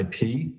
IP